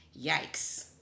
Yikes